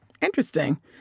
Interesting